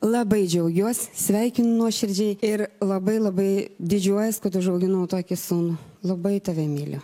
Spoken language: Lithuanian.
labai džiaugiuosi sveikinu nuoširdžiai ir labai labai didžiuojuosi kad užauginau tokį sūnų labai tave myliu